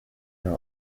her